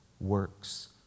works